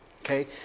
Okay